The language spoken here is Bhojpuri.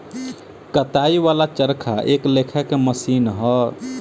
कताई वाला चरखा एक लेखा के मशीन ह